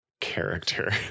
character